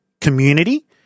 community